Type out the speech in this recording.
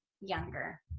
younger